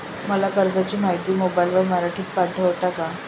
मला कर्जाची माहिती मोबाईलवर मराठीत पाठवता का?